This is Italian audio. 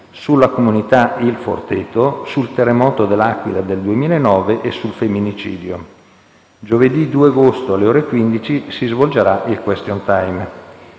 sulla comunità Il Forteto, sul terremoto di L'Aquila del 2009 e sul femminicidio. Giovedì 2 agosto, alle ore 15, si svolgerà il *question time*.